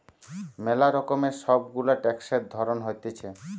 ম্যালা রকমের সব গুলা ট্যাক্সের ধরণ হতিছে